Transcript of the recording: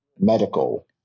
medical